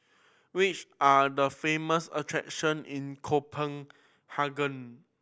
which are the famous attraction in Copenhagen